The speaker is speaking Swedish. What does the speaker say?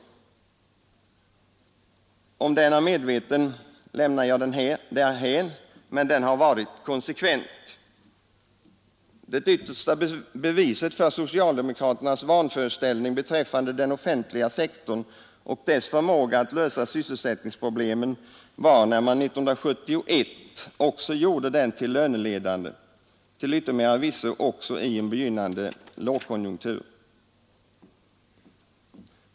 Om den politiken är medveten lämnar jag därhän, men den har varit konsekvent. Det yttersta beviset för socialdemokraternas vanföreställning beträffande den offentliga sektorn och dess förmåga att lösa sysselsättningsproblemen var när man 1971 gjorde den till löneledande, till yttermera visso också i en begynnande lågkonjunktur.